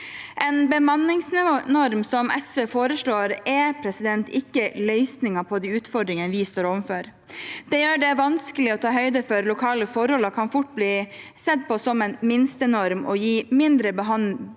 En bemanningsnorm, som SV foreslår, er ikke løsningen på de utfordringene vi står overfor. Det gjør det vanskelig å ta høyde for lokale forhold og kan fort bli sett på som en minstenorm og gi mindre bemanning